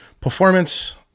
performance